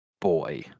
Boy